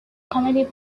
comedy